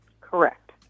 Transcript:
Correct